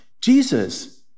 Jesus